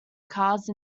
cars